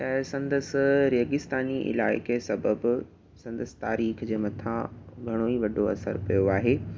ऐं संदसि रेगीस्तानी इलाइक़े सबबि संदसि तारीख़ जे मथां घणो ई असरु पयो आहे